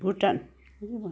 Bhutan